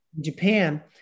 Japan